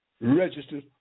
registered